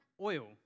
oil